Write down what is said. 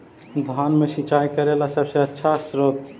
धान मे सिंचाई करे ला सबसे आछा स्त्रोत्र?